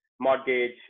mortgage